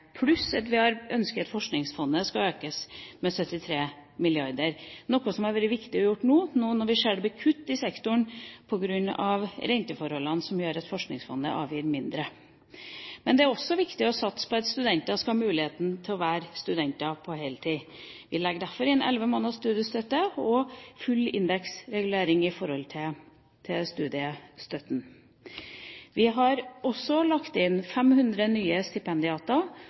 pluss at vi har ønsket at Forskningsfondet skal økes med 73 mrd. kr. Dette har det vært viktig å gjøre nå når vi ser at det blir kutt i sektoren på grunn av renteforholdene, noe som gjør at Forskningsfondet avgir mindre. Men det er også viktig å satse på at studentene skal ha muligheten til å være studenter på heltid. Vi legger derfor inn elleve måneders studiestøtte og full indeksregulering av studiestøtten. Vi har også lagt inn 500 nye stipendiater